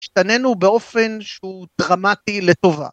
‫השתננו באופן שהוא דרמטי לטובה.